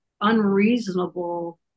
unreasonable